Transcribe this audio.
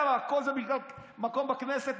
למה, כל זה בגלל מקום בכנסת?